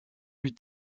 plus